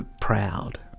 proud